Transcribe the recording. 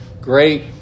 great